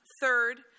Third